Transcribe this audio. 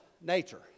nature